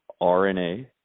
RNA